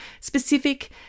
specific